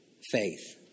Faith